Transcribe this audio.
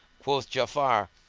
quoth ja'afar,